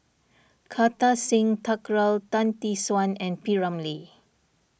Kartar Singh Thakral Tan Tee Suan and P Ramlee